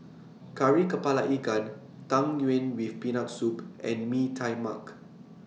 Kari Kepala Ikan Tang Yuen with Peanut Soup and Mee Tai Mak